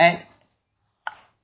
and